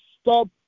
stop